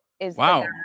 Wow